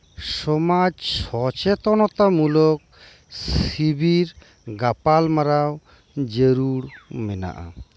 ᱥᱚᱢᱟᱡ ᱥᱚᱪᱮᱛᱚᱱᱚᱛᱟ ᱢᱩᱞᱚᱠ ᱥᱤᱵᱤᱨ ᱜᱟᱯᱟᱞ ᱢᱟᱨᱟᱣᱡᱟᱹᱨᱩᱲ ᱢᱮᱱᱟᱜ ᱟ